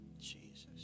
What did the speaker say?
Jesus